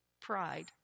pride